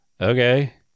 okay